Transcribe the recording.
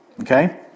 Okay